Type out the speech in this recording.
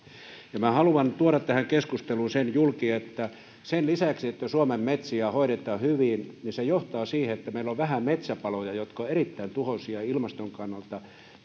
minä haluan tuoda tähän keskusteluun sen julki että lisäksi se että suomen metsiä hoidetaan hyvin johtaa siihen että meillä on vähän metsäpaloja jotka ovat erittäin tuhoisia ilmaston kannalta